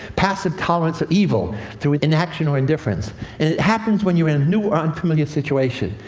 passive tolerance of evil through inaction, or indifference. and it happens when you're in a new or unfamiliar situation.